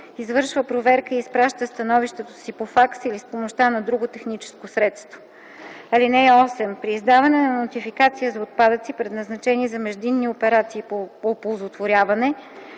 извършва проверка и изпраща становището си по факс или с помощта на друго техническо средство. (8) При издаване на нотификация за отпадъци, предназначени за междинни операции по оползотворяване,